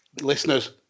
listeners